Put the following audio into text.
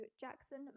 Jackson